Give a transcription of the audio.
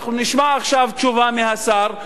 אנחנו נשמע עכשיו תשובה מהשר,